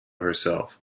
herself